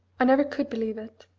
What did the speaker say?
i never could believe it.